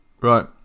right